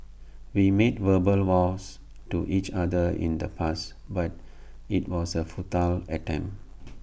we made verbal vows to each other in the past but IT was A futile attempt